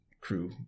crew